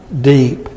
deep